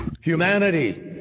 humanity